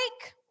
break